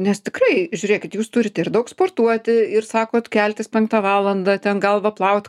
nes tikrai žiūrėkit jūs turite ir daug sportuoti ir sakot keltis penktą valandą ten galvą plauti